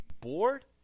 bored